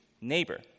neighbor